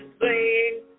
sing